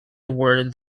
awarded